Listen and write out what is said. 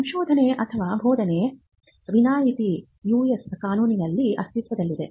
ಸಂಶೋಧನೆ ಅಥವಾ ಬೋಧನೆ ವಿನಾಯಿತಿ ಯುಎಸ್ ಕಾನೂನಿನಲ್ಲಿ ಅಸ್ತಿತ್ವದಲ್ಲಿದೆ